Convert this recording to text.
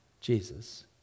Jesus